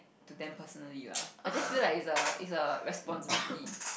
to them personally lah I just feel like is a is a responsibility